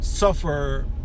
Suffer